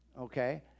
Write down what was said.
okay